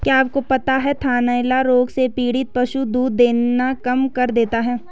क्या आपको पता है थनैला रोग से पीड़ित पशु दूध देना कम कर देता है?